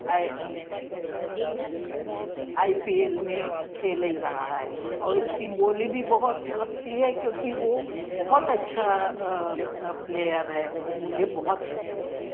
I I P L में खेल ही रहा है और उसकी बोली भी बहुत लगती है क्योंकि वो बहुत अच्छा प्लेयर है वो मुझे बहुत पसंद है